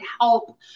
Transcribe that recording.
help